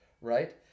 Right